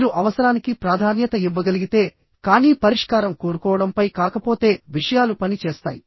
మీరు అవసరానికి ప్రాధాన్యత ఇవ్వగలిగితే కానీ పరిష్కారం కోరుకోవడంపై కాకపోతే విషయాలు పని చేస్తాయి